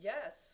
Yes